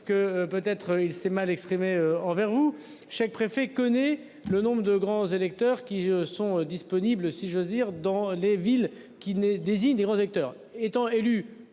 que peut être il s'est mal exprimé envers vous. Chaque préfet connaît le nombre de grands électeurs qui sont disponibles si j'ose dire, dans les villes qui ne désigne des grands acteurs,